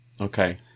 Okay